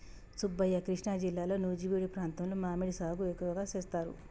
సుబ్బయ్య కృష్ణా జిల్లాలో నుజివీడు ప్రాంతంలో మామిడి సాగు ఎక్కువగా సేస్తారు